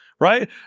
right